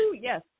yes